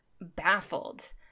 baffled